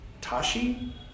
Tashi